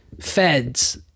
feds